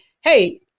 hey